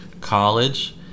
college